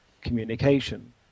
communication